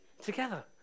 together